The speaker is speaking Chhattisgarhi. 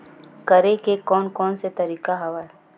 करे के कोन कोन से तरीका हवय?